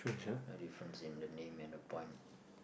no difference in the name and the pond